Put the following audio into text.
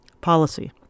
policy